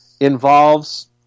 involves